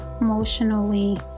emotionally